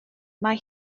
mae